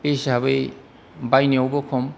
बे हिसाबै बायनायावबो खम